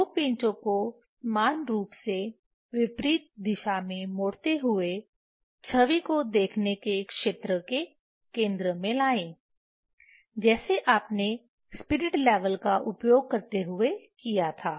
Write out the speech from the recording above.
दो पेंचो को समान रूप से विपरीत दिशा में मोड़ते हुए छवि को देखने के क्षेत्र के केंद्र में लाएं जैसे आपने स्पिरिट लेवल का उपयोग करते हुए किया था